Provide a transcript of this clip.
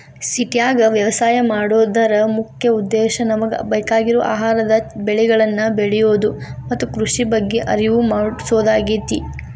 ಸಿಟ್ಯಾಗ ವ್ಯವಸಾಯ ಮಾಡೋದರ ಮುಖ್ಯ ಉದ್ದೇಶ ನಮಗ ಬೇಕಾಗಿರುವ ಆಹಾರದ ಬೆಳಿಗಳನ್ನ ಬೆಳಿಯೋದು ಮತ್ತ ಕೃಷಿ ಬಗ್ಗೆ ಅರಿವು ಮೂಡ್ಸೋದಾಗೇತಿ